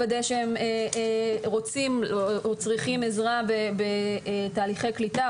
לוודא שהם רוצים או צריכים עזרה בתהליכי הקליטה,